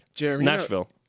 Nashville